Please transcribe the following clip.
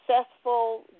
successful